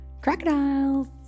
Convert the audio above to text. crocodiles